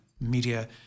media